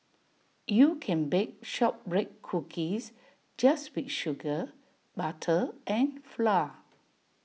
you can bake Shortbread Cookies just with sugar butter and flour